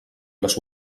les